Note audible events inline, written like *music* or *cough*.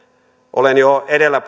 olen jo edellä *unintelligible*